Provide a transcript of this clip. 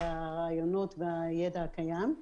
הרעיונות והידע הקיים.